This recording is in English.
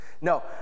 No